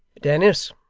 dennis.